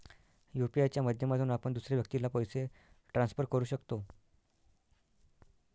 UPI च्या माध्यमातून आपण दुसऱ्या व्यक्तीला पैसे ट्रान्सफर करू शकतो